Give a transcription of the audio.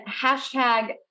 hashtag